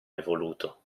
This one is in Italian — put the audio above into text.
evoluto